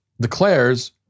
declares